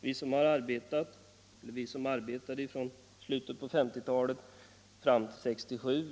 Vi som arbetade vid anläggningen från slutet av 1950-talet fram till 1967,